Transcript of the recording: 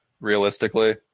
realistically